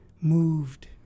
moved